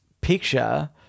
picture